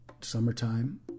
Summertime